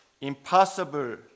impossible